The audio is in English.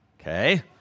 okay